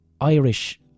Irish